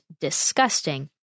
disgusting